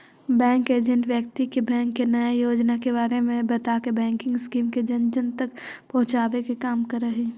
bank agent व्यक्ति के bank के नया योजना के बारे में बताके बैंकिंग स्कीम के जन जन तक पहुंचावे के काम करऽ हइ